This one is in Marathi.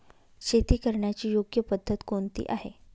शेती करण्याची योग्य पद्धत कोणती आहे?